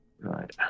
right